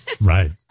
Right